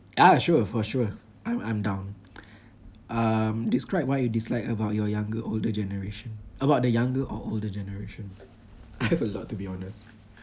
ah sure for sure I'm I'm down um describe what you dislike about your younger older generation about the younger or older generation I have a lot to be honest